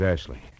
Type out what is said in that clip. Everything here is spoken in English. Ashley